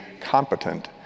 competent